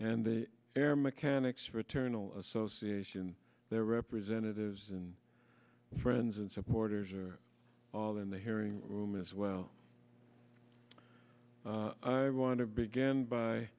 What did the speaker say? and the air mechanics fraternal association their representatives and friends supporters are all in the hearing room as well i want to begin by